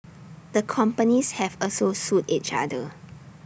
the companies have also sued each other